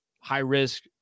high-risk